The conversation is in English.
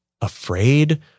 afraid